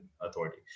authority